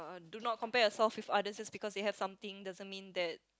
do not compare yourself with others just because they have something doesn't mean that